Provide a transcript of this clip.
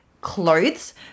clothes